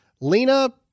Lena